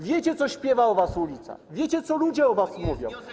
Wiecie, co śpiewa o was ulica, wiecie, co ludzie o was mówią.